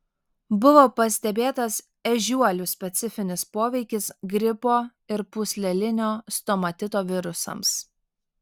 buvo pastebėtas ežiuolių specifinis poveikis gripo ir pūslelinio stomatito virusams